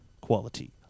Quality